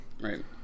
Right